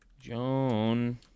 Joan